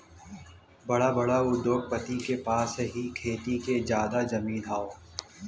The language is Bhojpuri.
बड़ा बड़ा उद्योगपति के पास ही खेती के जादा जमीन हौ